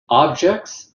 objects